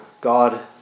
God